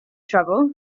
trouble